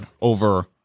over